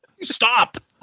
Stop